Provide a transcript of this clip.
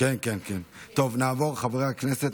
חברי הכנסת,